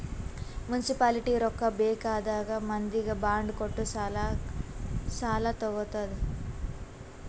municipality ರೊಕ್ಕಾ ಬೇಕ್ ಆದಾಗ್ ಮಂದಿಗ್ ಬಾಂಡ್ ಕೊಟ್ಟು ಸಾಲಾ ತಗೊತ್ತುದ್